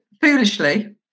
foolishly